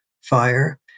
fire